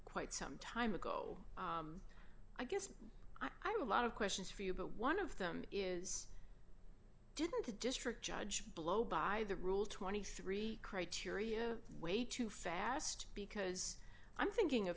quite some time ago i guess i have a lot of questions for you but one of them is didn't the district judge blow by the rule twenty three criteria way too fast because i'm thinking of